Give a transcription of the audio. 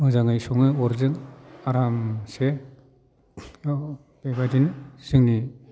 मोजाङै सङो अरजों आरामसे बेबायदिनो जोंनि